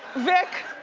vick,